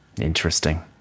Interesting